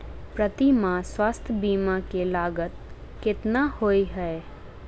प्रति माह स्वास्थ्य बीमा केँ लागत केतना होइ है?